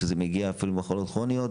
במחלות כרוניות,